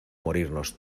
morirnos